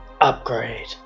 Upgrade